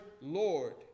Lord